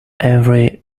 every